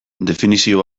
definizio